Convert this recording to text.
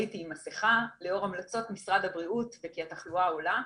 הייתי עם מסכה לאור המלצות משרד הבריאות וכי התחלואה עולה.